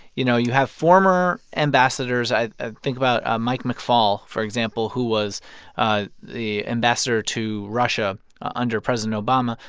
you know, you have former ambassadors i think about ah mike mcfaul, for example, who was ah the ambassador to russia under president obama,